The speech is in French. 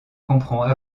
comprend